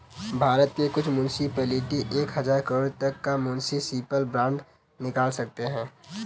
भारत के कुछ मुन्सिपलिटी एक हज़ार करोड़ तक का म्युनिसिपल बांड निकाल सकते हैं